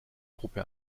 gruppe